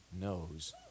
knows